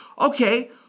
okay